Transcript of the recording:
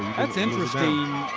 that's interesting